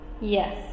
Yes